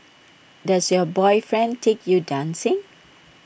does your boyfriend take you dancing